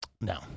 No